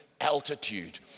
altitude